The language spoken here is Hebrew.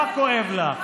מה כואב לך?